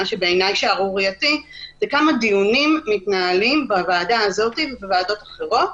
מה שבעיניי שערורייתי זה כמה דיונים מתנהלים בוועדה הזאת ובוועדות אחרות